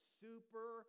super